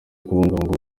kubungabunga